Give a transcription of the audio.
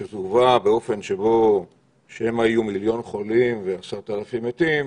כשזה הובא באופן שבו שמא יהיו מיליון חולים ו-10,000 מתים,